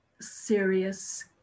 serious